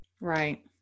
right